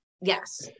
yes